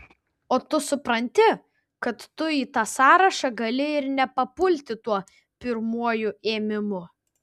o tu supranti kad tu į tą sąrašą gali ir nepapulti tuo pirmuoju ėmimu